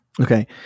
Okay